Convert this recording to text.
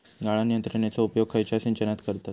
गाळण यंत्रनेचो उपयोग खयच्या सिंचनात करतत?